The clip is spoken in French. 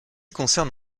concerne